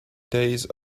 days